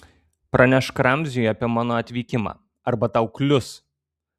pranešk ramziui apie mano atvykimą arba tau klius